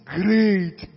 great